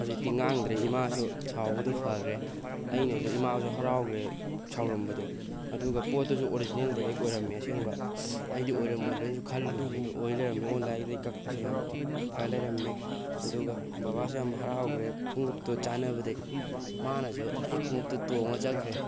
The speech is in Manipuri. ꯍꯧꯖꯤꯛꯇꯤ ꯉꯥꯡꯗ꯭ꯔꯦ ꯏꯃꯥꯁꯨ ꯁꯥꯎꯕꯗꯣ ꯐꯈ꯭ꯔꯦ ꯑꯩꯅ ꯏꯃꯥꯁꯨ ꯍꯔꯥꯎꯈ꯭ꯔꯦ ꯁꯥꯎꯔꯝꯕꯗꯣ ꯑꯗꯨꯒ ꯄꯣꯠꯇꯨꯁꯨ ꯑꯣꯔꯤꯖꯤꯅꯦꯜ ꯗꯥꯏꯔꯦꯛ ꯑꯣꯏꯔꯝꯃꯦ ꯑꯁꯦꯡꯕ ꯑꯩꯗꯤ ꯑꯣꯏꯔꯝꯃꯣꯏꯗ꯭ꯔꯅꯁꯨ ꯈꯜꯂꯨꯕꯅꯤ ꯑꯗꯨ ꯑꯣꯏ ꯂꯩꯔꯝꯂꯦ ꯑꯣꯟꯂꯥꯏꯟꯗꯩ ꯀꯛꯄꯁꯦ ꯌꯥꯝ ꯐ ꯂꯩꯔꯝꯃꯦ ꯑꯗꯨꯒ ꯕꯕꯥꯁꯨ ꯌꯥꯝ ꯍꯔꯥꯎꯈ꯭ꯔꯦ ꯈꯣꯡꯉꯨꯞꯇꯨ ꯆꯥꯅꯕꯗꯩ ꯃꯥꯅꯁꯨ ꯑꯩ ꯈꯣꯡꯉꯨꯞꯇꯨ ꯇꯣꯡꯉ ꯆꯠꯈ꯭ꯔꯦ